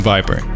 Viper